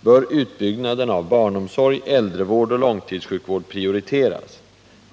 bör utbyggnaden av barnomsorg, äldrevård och långtidssjukvård prioriteras.